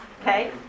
Okay